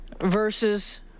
versus